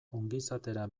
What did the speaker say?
ongizatera